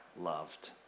loved